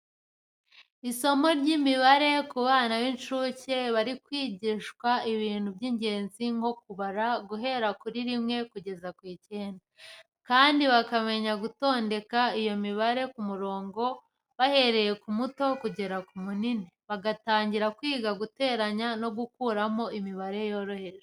Isomo ry’imibare ku bana b’incuke bari kwigishwa ibintu by’ingenzi nko kubara guhera kuri rimwe kugeza ku icyenda, kandi bakamenya gutondeka iyo mibare ku murongo, bahereye ku muto bakageza ku munini, bagatangira kwiga guteranya no gukuramo imibare yoroheje.